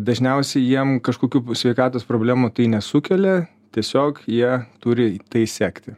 dažniausiai jiem kažkokių sveikatos problemų tai nesukelia tiesiog jie turi tai sekti